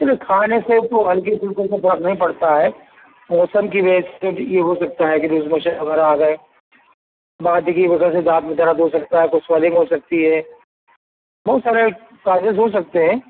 دیکھئے کھانے سے تو ہلکی فکے سے تو فرق نہیں پڑتا ہے موسم کی وجہ سے یہ ہو سکتا ہے کہ لوز موشن وغیرہ آ گئے بادی کی وجہ سے دانت میں درد ہو سکتا ہے کچھ سلنگ ہو سکتی ہے بہت سارے کازز ہو سکتے ہیں